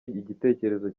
igitekerezo